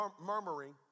murmuring